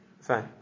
Fine